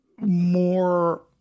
more